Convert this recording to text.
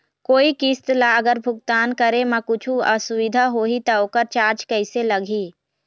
कोई किस्त ला अगर भुगतान करे म कुछू असुविधा होही त ओकर चार्ज कैसे लगी?